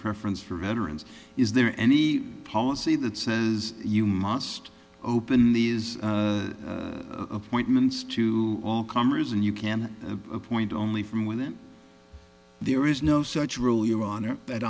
preference for veterans is there any policy that says you must open these appointments to all comers and you can appoint only from within there is no such rule your honor that